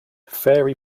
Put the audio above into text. fairy